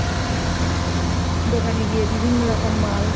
দোকানে গিয়ে বিভিন্ন রকম মাল